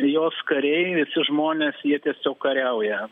jos kareiviai jos žmonės jie tiesiog kariauja